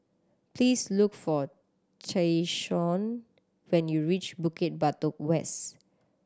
please look for Tyshawn when you reach Bukit Batok West